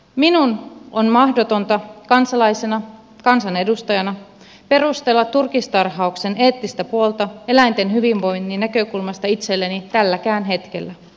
minun on mahdotonta kansalaisena kansanedustajana perustella turkistarhauksen eettistä puolta eläinten hyvinvoinnin näkökulmasta itselleni tälläkään hetkellä